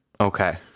Okay